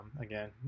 again